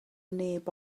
neb